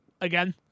again